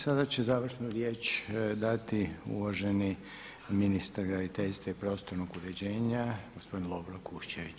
Sada će završnu riječ dati uvaženi ministar graditeljstva i prostornog uređenja gospodin Lovro Kuščević.